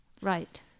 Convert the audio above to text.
Right